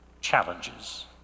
challenges